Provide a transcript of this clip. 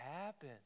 happen